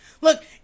Look